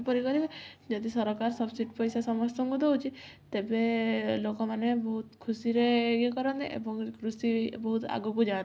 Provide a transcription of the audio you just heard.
କିପରି କରିବେ ଯଦି ସରକାର ସବସିଡ଼ି ପଇସା ସମସ୍ତଙ୍କୁ ଦଉଛି ତେବେ ଲୋକମାନେ ବହୁତ୍ ଖୁସିରେ ଇଏ କରନ୍ତେ ଏବଂ କୃଷି ବହୁତ୍ ଆଗୁକୁ ଯାଆନ୍ତା